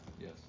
Yes